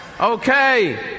Okay